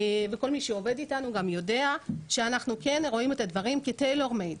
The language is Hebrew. וכל מי שעובד איתנו גם יודע שאנחנו כן רואים את הדברים כ-tailor made,